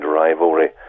rivalry